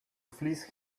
fleece